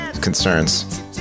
concerns